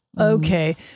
okay